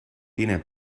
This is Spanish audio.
tiene